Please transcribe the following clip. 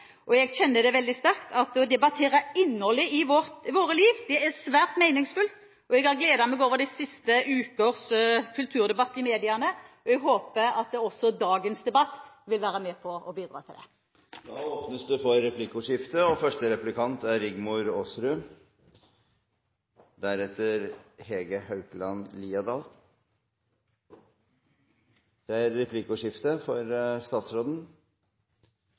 og jeg kjenner det veldig sterkt at å debattere innholdet i våre liv, er svært meningsfullt. Jeg har gledet meg over de siste ukers kulturdebatt i mediene. Jeg håper også dagens debatt vil være med på å bidra til det. Det blir replikkordskifte. I sin innledning var statsråden opptatt av frivillighet. Det er